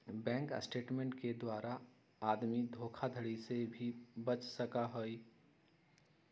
bank statement के द्वारा आदमी धोखाधडी से भी बच सका हई